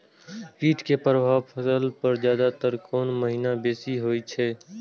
कीट के प्रभाव फसल पर ज्यादा तर कोन महीना बेसी होई छै?